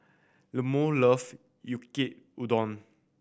Lemuel loves Yaki Udon